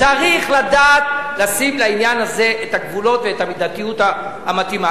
צריך לדעת לשים לעניין הזה את הגבולות ואת המידתיות המתאימה.